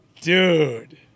Dude